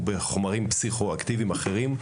או בחומרים פסיכו-אקטיביים אחרים.